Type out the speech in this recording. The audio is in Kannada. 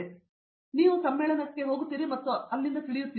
ಆದ್ದರಿಂದ ನೀವು ಅಲ್ಲಿಗೆ ಹೋಗುತ್ತೀರಿ ಮತ್ತು ಅಲ್ಲಿ ನೀವು ತಿಳಿದಿದ್ದೀರಿ